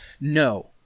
No